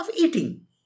eating